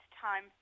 time